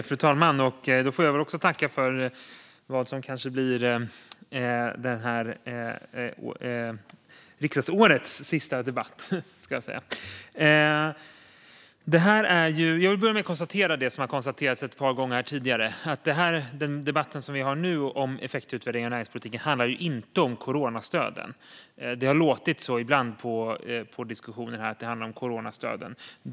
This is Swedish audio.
Fru talman! Jag får också tacka för vad som kanske blir min sista debatt detta riksmöte. Denna debatt om effektutvärderingar av näringspolitiken handlar som sagts tidigare inte om coronastöden.